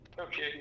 Okay